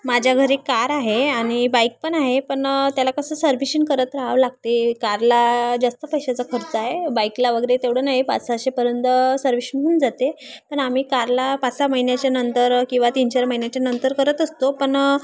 माझ्या घरी एक कार आहे आणि बाईक पण आहे पण त्याला कसं सर्व्हिशिंग करत राहावं लागते कारला जास्त पैशाचा खर्च आहे बाईकला वगैरे तेवढं नाही आहे पाच सहाशेपर्यंत सर्विशिंग होऊन जाते पण आम्ही कारला पाच सहा महिन्याच्या नंतर किंवा तीन चार महिन्याच्या नंतर करत असतो पण